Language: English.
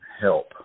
help